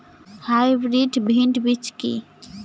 Hybrid ভীন্ডি বীজ কি?